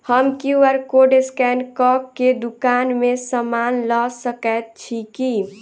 हम QR code scan कऽ केँ दुकान मे समान लऽ सकैत छी की?